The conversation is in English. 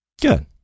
Good